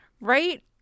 Right